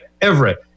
Everett